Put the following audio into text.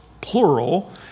plural